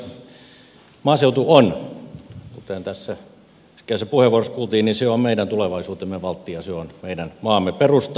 maaseutu on kuten tässä äskeisessä puheenvuorossa kuultiin meidän tulevaisuutemme valtti ja se on meidän maamme perusta